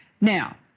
Now